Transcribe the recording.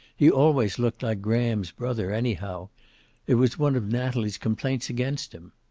he always looked like graham's brother, anyhow it was one of natalie's complaints against him.